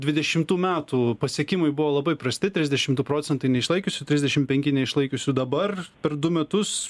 dvidešimtų metų pasiekimai buvo labai prasti trisdešim du procentai neišlaikiusių trisdešim penki neišlaikiusių dabar per du metus